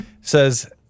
Says